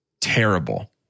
terrible